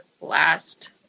last